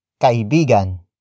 Kaibigan